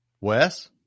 Wes